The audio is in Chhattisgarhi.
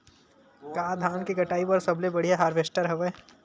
का धान के कटाई बर सबले बढ़िया हारवेस्टर हवय?